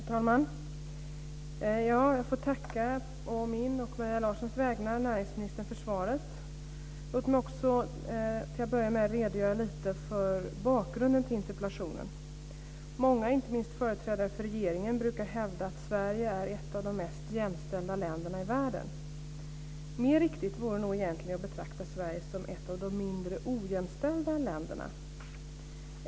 Fru talman! Jag får å mina och Maria Larsson vägnar tacka näringsministern för svaret. Låt mig också till att börja med redogöra lite för bakgrunden till interpellationen. Många, inte mist företrädare för regeringen, brukar hävda att Sverige är ett av de mest jämställda länderna i världen. Mer riktigt vore nog egentligen att betrakta Sverige som ett av de mindre ojämställda länderna.